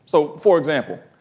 so, for example,